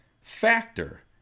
factor